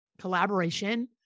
Collaboration